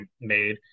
made